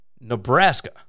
Nebraska